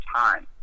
time